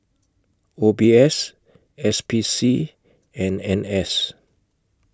O B S S P C and N S